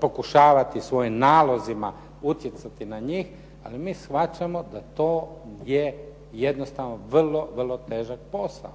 pokušavati svojim nalozima utjecati na njih, ali mi shvaćamo da to je jednostavno vrlo, vrlo težak posao.